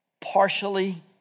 partially